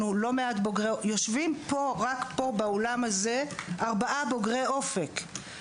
יושבים רק פה באולם הזה ארבעה בוגרי אופק.